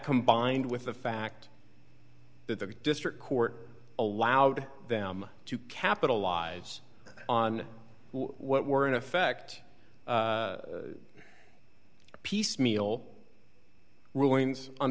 combined with the fact that the district court allowed them to capitalise on what were in effect piecemeal rulings on